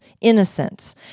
innocence